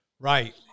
Right